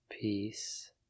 Peace